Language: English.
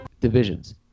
divisions